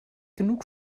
genug